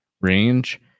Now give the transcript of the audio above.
range